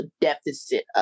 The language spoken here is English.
deficit